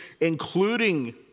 including